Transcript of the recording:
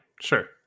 sure